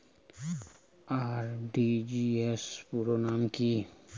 RTGS পুরো নাম কি?